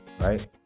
Right